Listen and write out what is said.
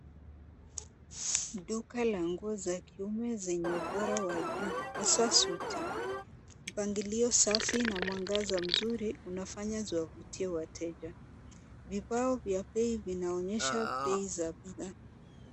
Duka la nguo za kiume zenye ubora wa juu haswa suti. Mpangilio safi na mwangaza mzuri unafanya ziwavutie wateja. Vibao vya bei vinaonyesha bei za bidhaa.